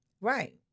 Right